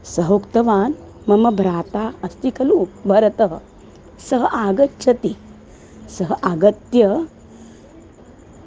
सः उक्तवान् मम भ्राता अस्ति खलु भरतः सः आगच्छति सः आगत्य